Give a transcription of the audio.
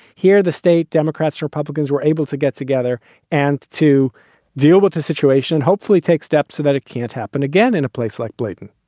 here the state, democrats, republicans were able to get together and to deal with the situation, hopefully take steps so that it can't happen again in a place like blaydon